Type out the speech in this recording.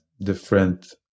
different